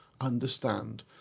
understand